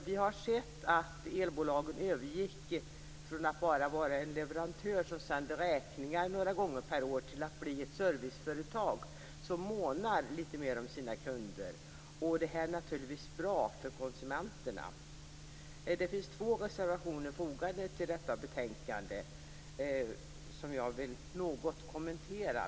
Vi har sett att elbolagen övergick från att bara vara leverantörer som sände räkningar några gånger per år till att bli serviceföretag som månar litet mer om sina kunder. Detta är naturligtvis bra för konsumenterna. Det finns två reservationer fogade till betänkandet, som jag vill något kommentera.